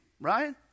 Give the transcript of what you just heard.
right